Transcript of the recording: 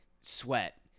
sweat